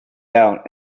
out